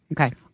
Okay